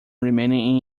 remaining